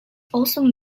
also